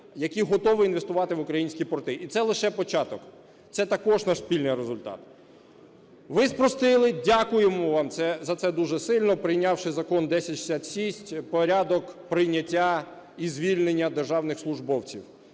які готові інвестувати в українські порти. І це лише початок. Це також наш спільний результат, Ви спростили, дякуємо вам за це дуже сильно, прийнявши Закон 1066: порядок прийняття і звільнення державних службовців.